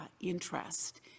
interest